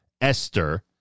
Esther